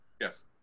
Yes